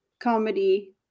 comedy